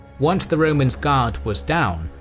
once the romans' guard was down,